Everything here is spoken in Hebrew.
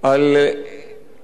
שימו לב רק על מה נאבקנו,